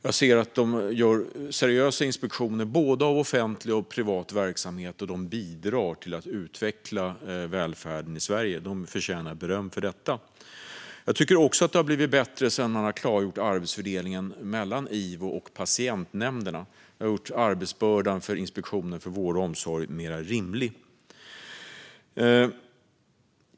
Jag ser att IVO gör seriösa inspektioner av både offentlig och privat verksamhet och bidrar till att utveckla välfärden i Sverige. De förtjänar beröm för detta. Jag tycker också att det har blivit bättre sedan man klargjorde arbetsfördelningen mellan IVO och patientnämnderna. Detta har gjort arbetsbördan för Inspektionen för vård och omsorg mer rimlig.